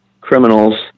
criminals